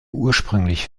ursprünglich